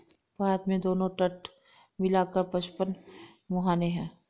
भारत में दोनों तट मिला कर पचपन मुहाने हैं